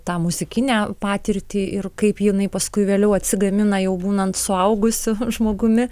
tą muzikinę patirtį ir kaip jinai paskui vėliau atsigamina jau būnant suaugusiu žmogumi